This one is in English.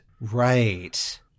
Right